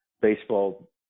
baseball